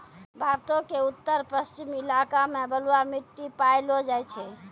भारतो के उत्तर पश्चिम इलाका मे बलुआ मट्टी पायलो जाय छै